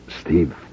Steve